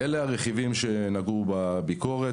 (הצגת מצגת) אלה הרכיבים שנגעו בביקורת,